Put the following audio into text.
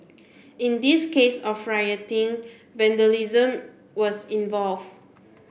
in this case of rioting vandalism was involve